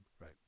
Right